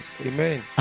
Amen